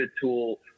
tool